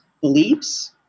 beliefs